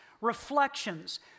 Reflections